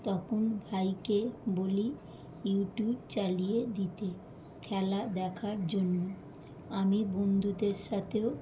তখন ভাইকে বলি ইউটিউব চালিয়ে দিতে খেলা দেখার জন্য আমি বন্ধুদের সাথেও